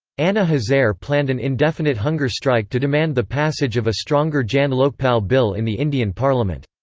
anna hazare planned an indefinite hunger strike to demand the passage of a stronger jan lokpal bill in the indian parliament.